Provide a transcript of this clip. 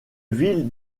ville